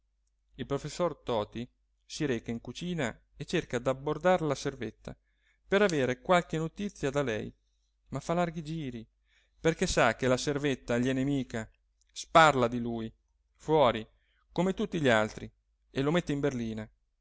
il professor toti si reca in cucina e cerca d'abbordar la servetta per avere qualche notizia da lei ma fa larghi giri perché sa che la servetta gli è nemica sparla di lui fuori come tutti gli altri e lo mette in berlina